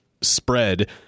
spread